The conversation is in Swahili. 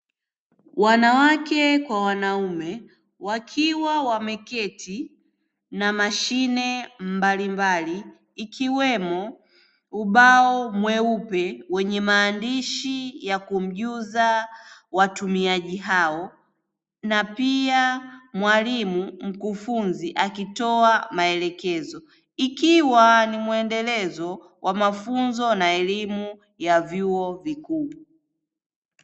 Wanawake kwa wanaume wakiwa wameketi na mashine mbalimbali ikiwemo ubao mweupe wenye maandishi ya kumjuza watumiaji hao, na pia mwalimu mkufunzi akitoa maelekezo ikiwa ni mwendelezo wa mafunzo na elimu ya vyuo vikuu.